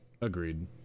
Agreed